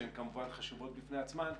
שהן כמובן חשובות בפני עצמן,